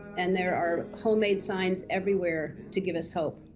and there are homemade signs everywhere to give us hope.